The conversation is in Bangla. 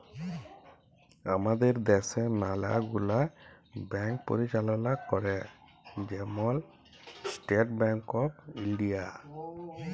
আমাদের দ্যাশে ম্যালা গুলা ব্যাংক পরিচাললা ক্যরে, যেমল ইস্টেট ব্যাংক অফ ইলডিয়া